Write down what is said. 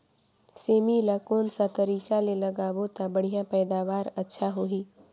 सेमी ला कोन सा तरीका ले लगाबो ता बढ़िया पैदावार अच्छा होही?